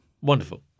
Wonderful